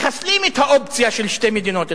מחסלים את האופציה של שתי מדינות,